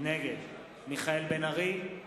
נגד מיכאל בן-ארי,